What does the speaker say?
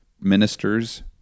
ministers